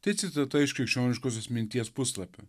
tai citata iš krikščioniškosios minties puslapių